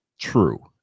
true